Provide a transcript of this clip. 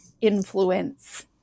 influence